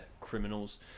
criminals